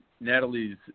Natalie's